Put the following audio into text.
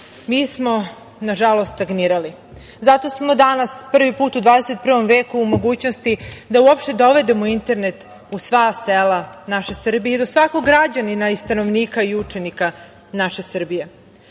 mi smo, nažalost, stagnirali. Zato smo danas, prvi put u XXI veku u mogućnosti da uopšte dovedemo internet u sva sela naše Srbije i do svakog građanina, stanovnika i učenika naše Srbije. Da